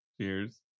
cheers